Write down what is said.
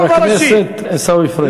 חבר הכנסת עיסאווי פריג'.